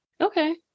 Okay